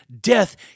death